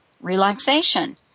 relaxation